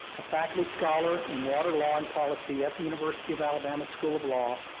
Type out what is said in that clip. a faculty scholar in water law and policy at the university of alabama school of law,